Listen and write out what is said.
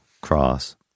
Cross